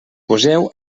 poseu